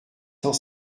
cent